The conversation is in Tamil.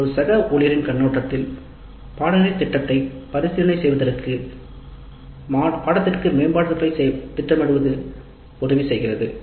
இது ஒரு சக ஊழியரின் கண்ணோட்டத்தில் பாடநெறி திட்டத்தை பரிசீலனை செய்வதற்கும் பாடத்திற்கான மேம்பாடுகளைத் திட்டமிடவும் உதவி செய்கிறது